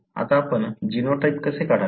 आता आपण जीनोटाइप कसे काढाल